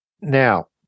now